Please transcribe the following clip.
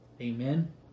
Amen